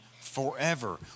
forever